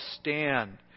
stand